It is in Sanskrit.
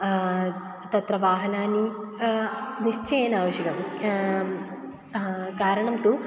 तत्र वाहनानि निश्चयेन आवश्यकं कारणं तु